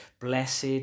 blessed